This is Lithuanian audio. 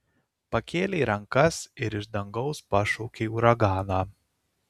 pakėlei rankas ir iš dangaus pašaukei uraganą